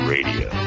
Radio